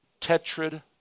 tetrad